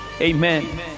Amen